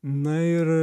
na ir